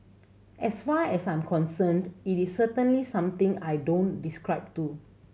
as far as I'm concerned it is certainly something I don't describe to